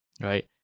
right